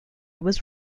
was